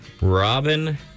Robin